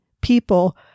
people